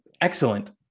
Excellent